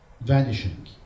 vanishing